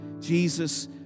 Jesus